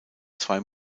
zwei